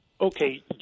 Okay